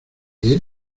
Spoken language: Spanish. guíe